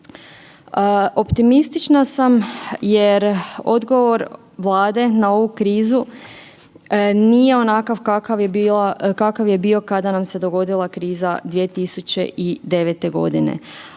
Optimistična sam jer odgovor Vlade na ovu krizu nije onakav kakav je bio kada nam se dogodila kriza 2009. Kolko